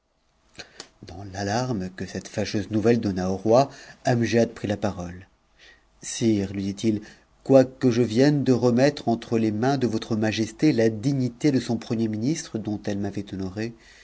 dans l'alarme que cette fâcheuse nouvelle donna au roi amgiad prit parole sire lui dit-il quoique je vienne de remettre entre iesmain de votre majesté la dignité de son premier ministre dont elle m'avait honoré